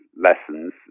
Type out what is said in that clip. lessons